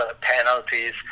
penalties